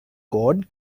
code